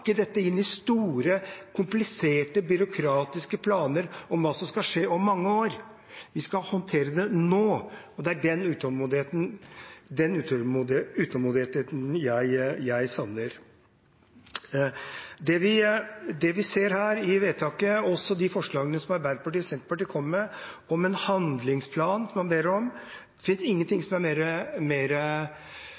pakke dette inn i store, kompliserte, byråkratiske planer om hva som skal skje om mange år – vi skal håndtere det nå. Det er den utålmodigheten jeg savner. Det vi ser i forslaget til vedtak her, og også i de forslagene som Arbeiderpartiet og Senterpartiet kommer med, hvor man ber om en handlingsplan, er: Det finnes ingenting som er mer ansvarsfraskrivende enn å be om